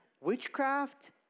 witchcraft